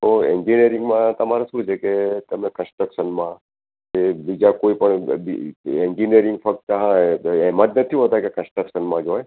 તો એન્જીનિયરીંગમાં તમારે શું છે કે તમે કન્સ્ટ્રક્શનમાં કે બીજા કોઈપણ એન્જીનિયરીંગ ફક્ત હા એમાં જ નથી હોતા કે કન્સ્ટ્રક્શનમાં જ હોય